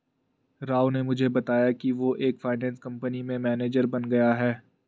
राव ने मुझे बताया कि वो एक फाइनेंस कंपनी में मैनेजर बन गया है